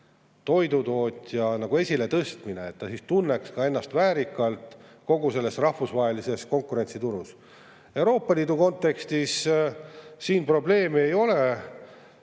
toidutootja esiletõstmine, et ta tunneks ennast väärikalt kogu selles rahvusvahelises konkurentsis turul. Euroopa Liidu kontekstis siin probleemi ei ole,